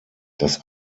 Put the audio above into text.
das